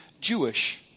Jewish